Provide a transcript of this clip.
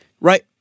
right